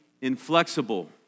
inflexible